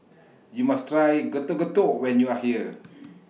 YOU must Try Getuk Getuk when YOU Are here